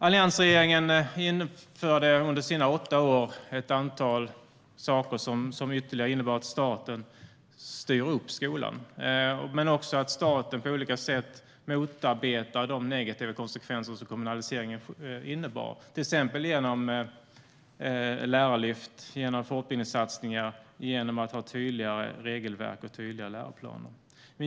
Alliansregeringen införde under sina åtta år ett antal saker som ytterligare innebar att staten styr upp skolan men också att staten på olika sätt motarbetar de negativa konsekvenser som kommunaliseringen innebar, till exempel genom lärarlyft och fortbildningssatsningar, genom att ha tydligare regelverk och tydliga läroplaner.